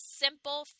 simple